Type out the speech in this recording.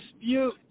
dispute